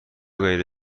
غیر